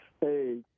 Hey